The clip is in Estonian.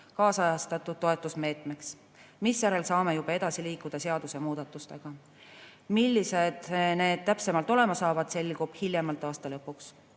kaasajastatud toetusmeetmeks, misjärel saame edasi liikuda seadusmuudatustega. Millised need täpsemalt olema saavad, selgub hiljemalt aasta lõpuks.